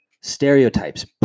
stereotypes